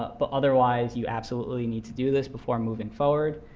but otherwise you absolutely need to do this before moving forward.